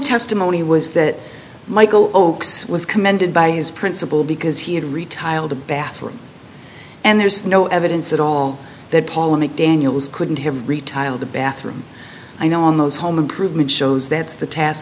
testimony was that michael ochs was commended by his principal because he had retiled the bathroom and there's no evidence at all that paula mcdaniels couldn't have retile the bathroom i know on those home improvement shows that's the task